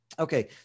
Okay